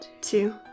two